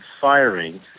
firing